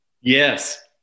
Yes